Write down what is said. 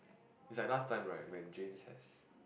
is like last time right when Jeans has